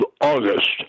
August